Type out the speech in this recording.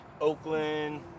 Oakland